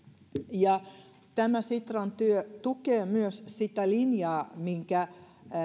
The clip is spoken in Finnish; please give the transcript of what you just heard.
tämä sitran työ tukee myös sitä linjaa minkä